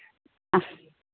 ആ